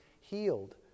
healed